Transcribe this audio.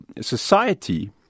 society